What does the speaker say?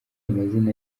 amazina